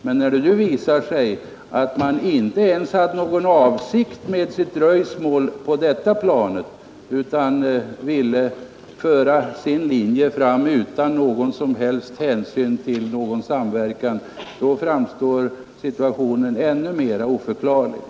Men när det nu visar sig att man inte ens hade någon avsikt med sitt dröjsmål i detta sammanhang utan ville driva sin linje utan någon som helst hänsyn till möjligheten av en samverkan, framstår situationen ännu mer oförklarlig.